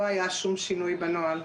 לא היה שום שינוי בנוהל.